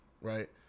right